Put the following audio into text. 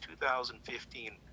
2015